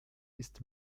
ist